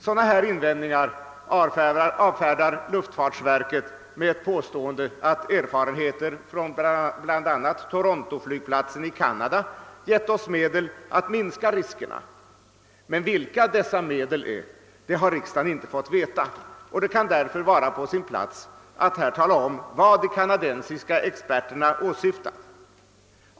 Sådana här invändningar avfärdar luftfartsverket med ett påstående, att erfarenheter från bl.a. Toronto i Canada gett oss medel att minska riskerna, men vilka dessa medel är har riksdagen inte fått veta. Det kan därför vara på sin plats att här tala om vad de kanadensiska experterna åsyftar.